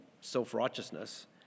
self-righteousness